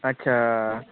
आदसा